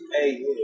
Hey